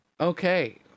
okay